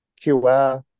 QR